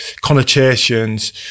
connotations